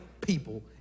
people